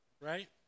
right